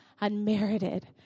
unmerited